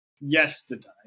yesterday